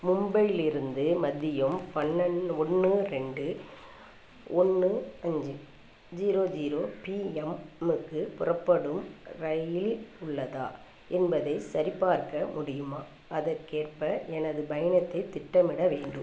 மும்பையிலிருந்து மதியம் பன்னெரெண்டு ஒன்று ரெண்டு ஒன்று அஞ்சு ஜீரோ ஜீரோ பிஎம்முக்கு புறப்படும் இரயில் உள்ளதா என்பதைச் சரிபார்க்க முடியுமா அதற்கேற்ப எனது பயணத்தை திட்டமிட வேண்டும்